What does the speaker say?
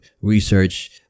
research